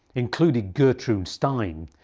including gertrude stein,